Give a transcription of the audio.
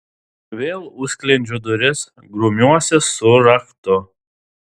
vėl užsklendžiu duris grumiuosi su raktu